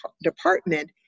department